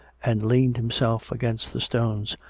and leaned himself against the stones,